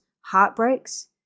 heartbreaks